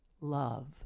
love